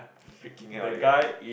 freaking ill the guy